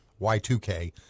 Y2K